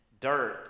dirt